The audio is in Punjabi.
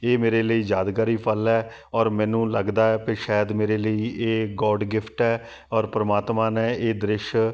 ਇਹ ਮੇਰੇ ਲਈ ਯਾਦਗਾਰੀ ਪਲ ਹੈ ਔਰ ਮੈਨੂੰ ਲੱਗਦਾ ਹੈ ਪੀ ਸ਼ਾਇਦ ਮੇਰੇ ਲਈ ਇਹ ਗੋਡ ਗਿਫਟ ਹੈ ਔਰ ਪਰਮਾਤਮਾ ਨੇ ਇਹ ਦ੍ਰਿਸ਼